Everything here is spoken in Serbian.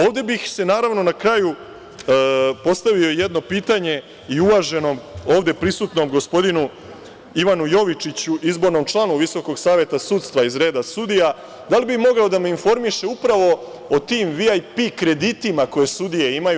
Ovde bih, na kraju, postavio jedno pitanje i uvaženom, ovde prisutnom, gospodinu Ivanu Jovičiću, izbornom članu Visokog saveta sudstva, iz reda sudija, da li bi mogao da me informiše upravo o tim VIP kreditima koje sudije imaju?